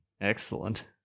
excellent